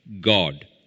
God